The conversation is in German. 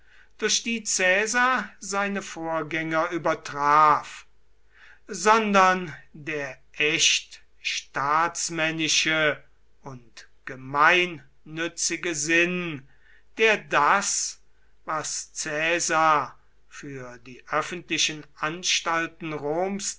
die caesar seine vorgänger übertraf sondern der echt staatsmännische und gemeinnützige sinn der das was caesar für die öffentlichen anstalten roms